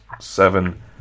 seven